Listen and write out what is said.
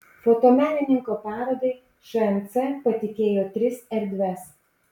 fotomenininko parodai šmc patikėjo tris erdves